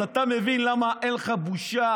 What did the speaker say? אז אתה מבין למה אין לך בושה?